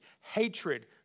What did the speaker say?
hatred